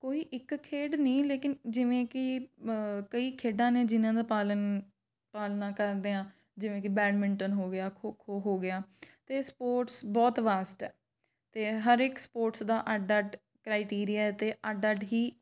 ਕੋਈ ਇੱਕ ਖੇਡ ਨਹੀਂ ਲੇਕਿਨ ਜਿਵੇਂ ਕਿ ਕਈ ਖੇਡਾਂ ਨੇ ਜਿਨ੍ਹਾਂ ਦਾ ਪਾਲਣ ਪਾਲਣਾ ਕਰਦੇ ਹਾਂ ਜਿਵੇਂ ਕਿ ਬੈਡਮਿੰਟਨ ਹੋ ਗਿਆ ਖੋ ਖੋ ਹੋ ਗਿਆ ਅਤੇ ਸਪੋਰਟਸ ਬਹੁਤ ਵਾਸਟ ਹੈ ਅਤੇ ਹਰ ਇੱਕ ਸਪੋਰਟਸ ਦਾ ਅੱਡ ਅੱਡ ਕ੍ਰਾਈਟ੍ਰੀਆ ਹੈ ਅਤੇ ਅੱਡ ਅੱਡ ਹੀ